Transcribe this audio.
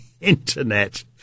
Internet